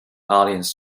audience